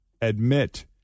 admit